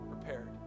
prepared